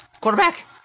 Quarterback